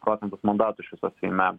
procentus mandatų iš viso seime